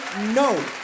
no